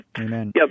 Amen